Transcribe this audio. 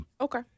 Okay